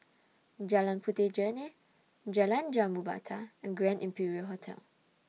Jalan Puteh Jerneh Jalan Jambu Batu and Grand Imperial Hotel